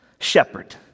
Shepherd